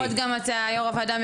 רק להגיד: יו"ר הוועדה,